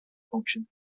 function